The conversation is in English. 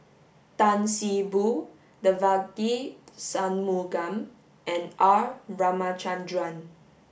Tan See Boo Devagi Sanmugam and R Ramachandran